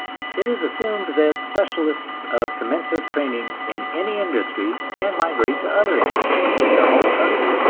it is assumed that specialists of commensurate training in any industry can migrate to other industries in their home country,